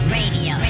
Radio